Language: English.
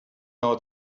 nor